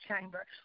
chamber